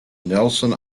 nelson